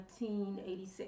1986